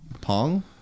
Pong